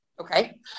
Okay